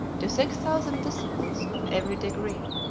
to six thousand disciples of every degree,